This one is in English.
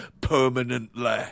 permanently